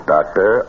Doctor